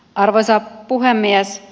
arvoisa puhemies